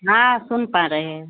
हाँ सुन पा रहे हैं